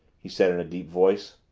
he said in a deep voice.